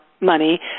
Money